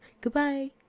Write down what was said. Goodbye